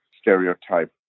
stereotype